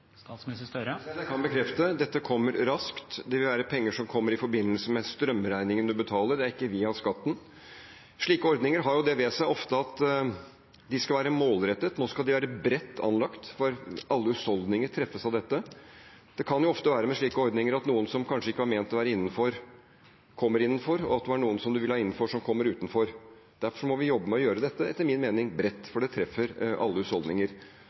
Jeg kan bekrefte at dette kommer raskt. Det vil være penger som kommer i forbindelse med strømregningen man betaler – ikke via skatten. Slike ordninger har ofte det ved seg at de skal være målrettede. Nå skal de være bredt anlagt, for alle husholdninger treffes av dette. Det kan ofte være med slike ordninger at noen som kanskje ikke var ment å være innenfor, kommer innenfor, og at det var noen man ville ha innenfor, som kommer utenfor. Derfor må vi jobbe med å gjøre dette etter min mening bredt, for det treffer alle husholdninger.